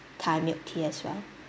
thai milk tea as well